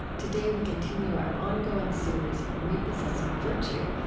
today, we continue our ongoing series, repossessing virtue,